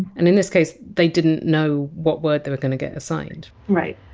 and in this case they didn't know what word they were going to get assigned. right.